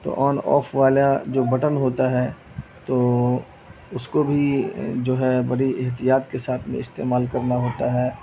تو on off والا جو بٹن ہوتا ہے تو اس کو بھی جو ہے بڑی احتیاط کے ساتھ میں استعمال کرنا ہوتا ہے